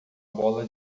bola